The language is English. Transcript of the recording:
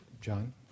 John